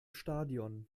stadion